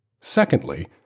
Secondly